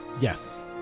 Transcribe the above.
Yes